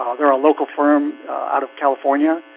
ah they're a local firm out of, california